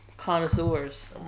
Connoisseurs